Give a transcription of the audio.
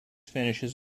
finishes